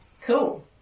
Cool